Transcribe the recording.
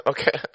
Okay